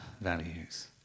values